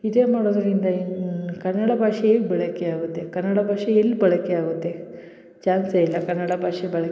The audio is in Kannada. ಇದೇ ಮಾಡೋದರಿಂದ ಇನ್ನು ಕನ್ನಡ ಭಾಷೆ ಹೇಗ್ ಬಳಕೆ ಆಗುತ್ತೆ ಕನ್ನಡ ಭಾಷೆ ಎಲ್ಲಿ ಬಳಕೆ ಆಗುತ್ತೆ ಚಾನ್ಸೇ ಇಲ್ಲ ಕನ್ನಡ ಭಾಷೆ ಬಳ